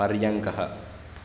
पर्यङ्कः